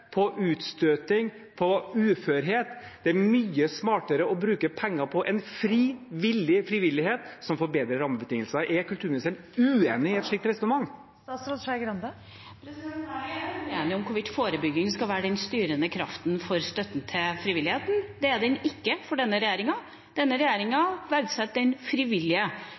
på utstøting, på uførhet, og at det er mye smartere å bruke penger på en fri og villig frivillighet som får bedre rammebetingelser? Er kulturministeren uenig i et slikt resonnement? Nei, vi er bare uenige om hvorvidt forebygging skal være den styrende kraften for støtten til frivilligheten. Det er det ikke for denne regjeringa. Denne regjeringa verdsetter den frivillige